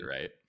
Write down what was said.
right